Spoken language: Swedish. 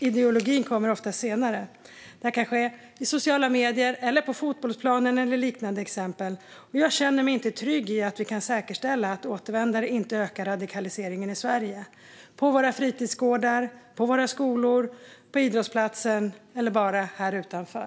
Ideologin kommer ofta senare. Det här kan ske i sociala medier men också på fotbollsplanen eller liknande. Jag känner mig inte trygg i att vi kan säkerställa att återvändare inte ökar radikaliseringen i Sverige - på våra fritidsgårdar, på våra skolor, på idrottsplatsen eller bara här utanför.